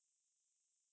oh